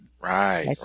right